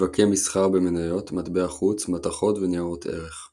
שוקי מסחר במניות, מטבע חוץ, מתכות וניירות ערך.